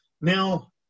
Now